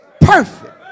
perfect